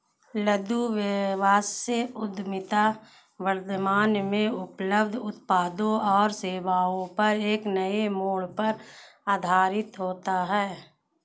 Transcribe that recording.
लघु व्यवसाय उद्यमिता वर्तमान में उपलब्ध उत्पादों और सेवाओं पर एक नए मोड़ पर आधारित होता है